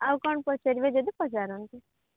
ଆଉ କ'ଣ ପଚାରିବେ ଯଦି ପଚାରନ୍ତୁ